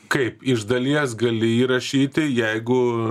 kaip iš dalies gali rašyti jeigu